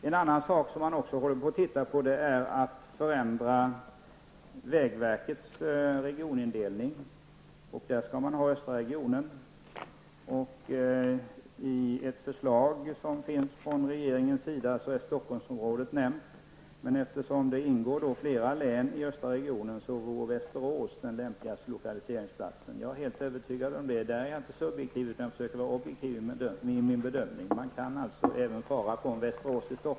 En annan sak som håller på att ses över är vägverkets regionindelning, bl.a. beträffande östra regionen. I ett förslag från regeringens sida har Stockholmsområdet nämnts. Eftersom det ingår flera län i östra regionen, vore Västerås den lämpligaste lokaliseringsplatsen. Jag är helt övertygad om det. Jag är inte subjektiv, utan jag försöker vara objektiv i min bedömning.